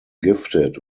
gifted